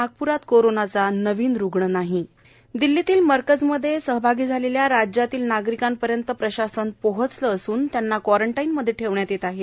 नागप्रात कोरोंनाचा नवीन रुग्ण नाही दिल्लीतील मरकजमध्ये सहभागी झालेल्या राज्यातील नागरिकांपर्यंत प्रशासन पोहचले असून त्यांना क्वारंटाईनमध्ये ठेवण्यात येत आहे